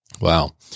Wow